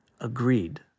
agreed